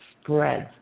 spreads